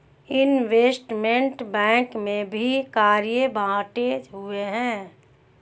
investment bank में भी कार्य बंटे हुए हैं